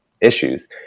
issues